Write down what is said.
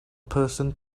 person